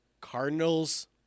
Cardinals